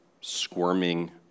squirming